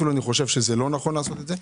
אני אפילו חושב שזה לא נכון לעשות את זה.